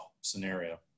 scenario